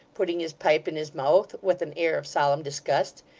putting his pipe in his mouth with an air of solemn disgust,